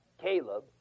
Caleb